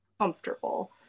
comfortable